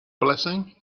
blessing